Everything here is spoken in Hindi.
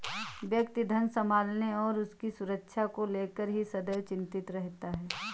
व्यक्ति धन संभालने और उसकी सुरक्षा को लेकर ही सदैव चिंतित रहता है